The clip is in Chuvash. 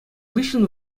хыҫҫӑн